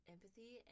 Empathy